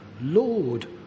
Lord